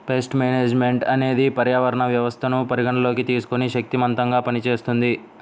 paste management అనేది పర్యావరణ వ్యవస్థను పరిగణలోకి తీసుకొని శక్తిమంతంగా పనిచేస్తుంది